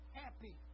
happy